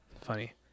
Funny